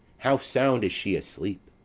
how sound is she asleep!